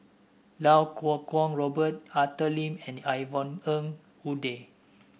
Iau Kuo Kwong Robert Arthur Lim and Yvonne Ng Uhde